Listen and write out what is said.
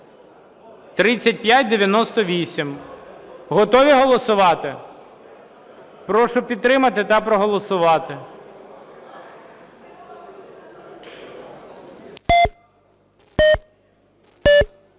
3598. Готові голосувати? Прошу підтримати та проголосувати.